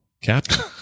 captain